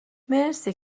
مرسی